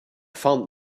found